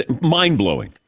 mind-blowing